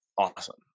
awesome